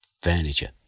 furniture